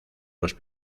los